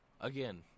Again